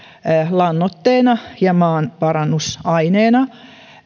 lannoitteena ja maanparannusaineena